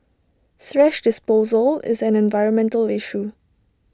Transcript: thrash disposal is an environmental issue